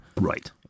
Right